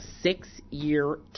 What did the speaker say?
six-year